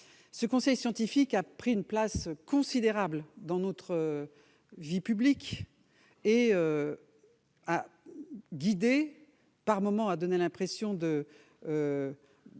Le conseil scientifique a pris une place considérable dans notre vie publique. Par moments, il a donné l'impression